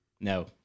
No